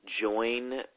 join